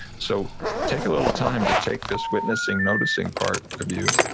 so take a little time to take this witnessing noticing part of you,